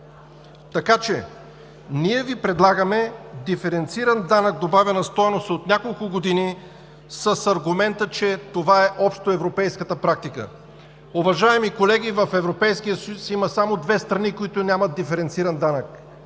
години Ви предлагаме диференциран данък добавена стойност с аргумента, че това е общоевропейската практика. Уважаеми колеги, в Европейския съюз има само две страни, които нямат диференциран данък.